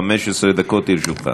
15 דקות לרשותך.